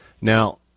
Now